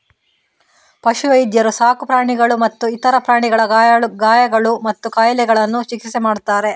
ಪಶು ವೈದ್ಯರು ಸಾಕು ಪ್ರಾಣಿಗಳು ಮತ್ತೆ ಇತರ ಪ್ರಾಣಿಗಳ ಗಾಯಗಳು ಮತ್ತೆ ಕಾಯಿಲೆಗಳಿಗೆ ಚಿಕಿತ್ಸೆ ಮಾಡ್ತಾರೆ